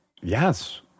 Yes